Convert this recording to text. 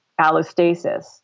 allostasis